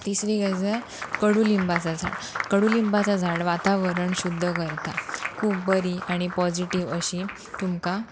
तिसरी गरज कडुलिंबाचां झाड कडुलिंबाचां झाड वातावरण शुद्द करता खूब बरी आनी पॉझिटिव अशी तुमकां